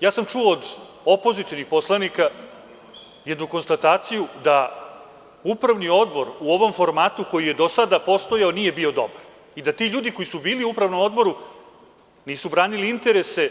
Isto tako, čuo sam od opozicionih poslanika jednu konstataciju da upravni odbor u ovom formatu koji je do sada postojao nije bio dobar i da ti ljudi koji su bili u upravnom odboru nisu branili interese